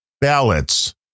ballots